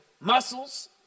muscles